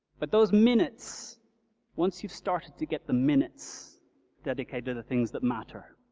but those minutes once you've started to get the minutes dedicate to the things that matter